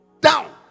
Down